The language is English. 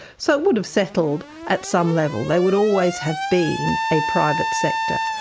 so it would have settled at some level, they would always have been a private sector,